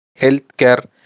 healthcare